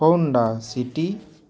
Honda city